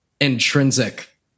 intrinsic